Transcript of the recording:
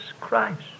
Christ